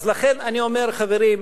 אז לכן אני אומר: חברים,